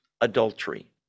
adultery